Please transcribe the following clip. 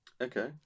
okay